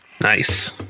Nice